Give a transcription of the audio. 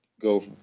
go